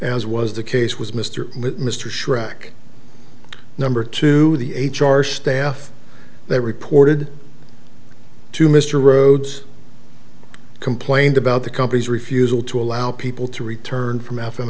as was the case was mr mr schrock number two the h r staff that reported to mr rhodes complained about the company's refusal to allow people to return from